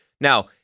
Now